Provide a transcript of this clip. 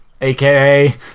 aka